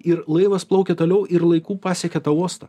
ir laivas plaukia toliau ir laiku pasiekia tą uosto